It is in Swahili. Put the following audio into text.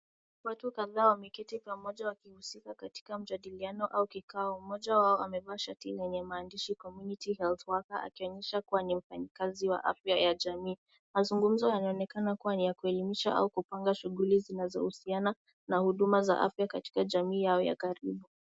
Watu kadhaa wameketi pamoja wakihusika katika mjadiliano au kikao .Mmoja wao amevaa shati ilenye maandishi community health worker akionyesha kuwa ni mfanyikazi wa afya ya jamii. Mazungumzo yanaonekana kuwa ni ya kuelimisha au kupanga shughuli zinaohusiana na huduma ya jamii yao ya karibu.